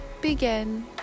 begin